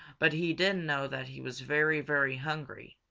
but he did know that he was very, very hungry,